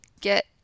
get